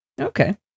okay